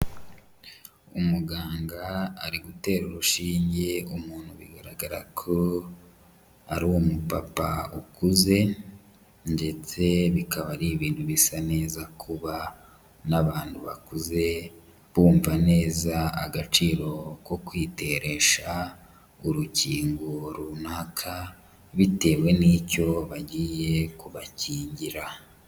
Umuganga ari gutera urushinge umuntu bigaragara ko ari umupapa ukuze ndetse bikaba ari ibintu bisa neza kuba n'abantu bakuze bumva neza agaciro ko kwiteresha urukingo runaka bitewe n'icyo bagiye kubakingira.